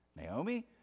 Naomi